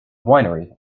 winery